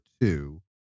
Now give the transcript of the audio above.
two